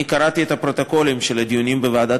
אני קראתי את הפרוטוקולים של הדיונים בוועדת